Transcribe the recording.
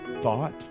thought